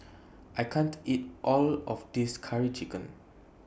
I can't eat All of This Curry Chicken